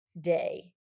day